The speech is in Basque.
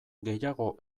gehiago